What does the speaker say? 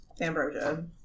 Ambrosia